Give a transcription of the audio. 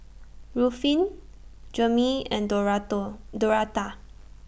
Ruffin Jameel and Dorado Dorotha